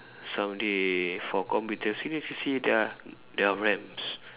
some day for computer series you see there are there are RAMs